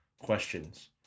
questions